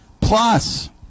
plus